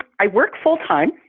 i work full-time